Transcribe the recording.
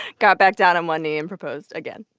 got back down on one knee and proposed again,